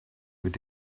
mit